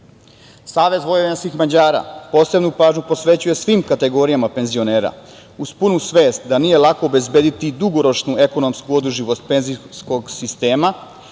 Vojvođanskih Mađara, posebnu pažnju posvećuje svim kategorijama penzionera uz punu svest da nije lako obezbediti dugoročnu ekonomsku održivost penzijskog sistema,